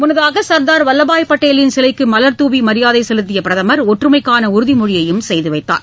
முன்னதாக சர்தார் வல்லபாய் பட்டேலின் சிலைக்கு மலர் தூவி மரியாதை செலுத்திய பிரதமர் ஒற்றுமைக்கான உறுதிமொழியையும் செய்துவைத்தார்